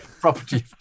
property